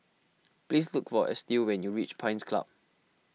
please look for Estill when you reach Pines Club